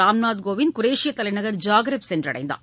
ராம்நாத் கோவிந்த் குரேஷிய தலைநகர் ஜாக்ரெப் சென்றடைந்தார்